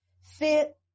fit